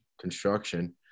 construction